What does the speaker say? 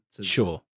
Sure